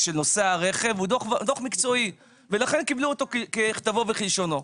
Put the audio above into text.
- שנושא הרכב הוא דוח מקצועי ולכן קיבלו אותו ככתבו וכלשונו.